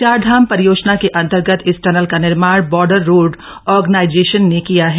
चारधाम परियोजन के अंतर्गत इस टनल क निर्माण बॉर्डर रोड ऑर्गनाइजेशन ने किय है